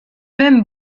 même